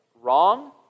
wrong